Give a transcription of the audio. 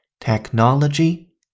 technology